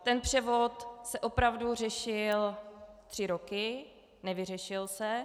Ten převod se opravdu řešil tři roky, nevyřešil se.